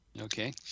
Okay